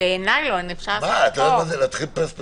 את יודעת מה זה פרספקס